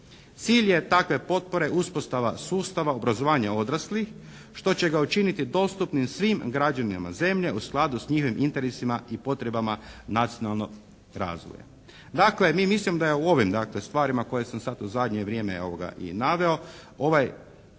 Cilj je takve potpore uspostava sustava obrazovanja odraslih što će ga učiniti dostupnim svim građanima zemlje u skladu s njihovim interesima i potrebama nacionalnog razvoja. Dakle, mi mislimo da je u ovim dakle stvarima koje sam sad u zadnje vrijeme i naveo ovaj